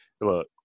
Look